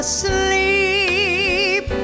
sleep